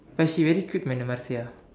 but she already quick when the Marsia